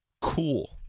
Cool